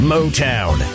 Motown